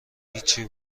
هیچی